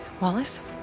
Wallace